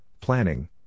planning